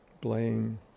blame